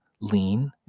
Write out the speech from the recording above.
lean